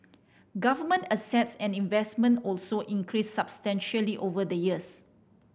government assets and investment also increased substantially over the years